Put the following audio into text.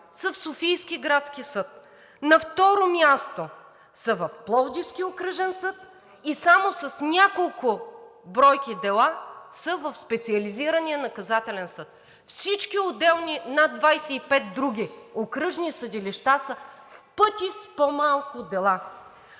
са в Софийския градски съд. На второ място, са в Пловдивския окръжен съд и само с няколко бройки дела са в Специализирания наказателен съд. Всички отделни над 25 други окръжни съдилища са в пъти с по-малко дела.